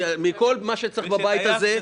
בכל מה שיש בבית הזה,